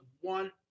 one